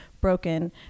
broken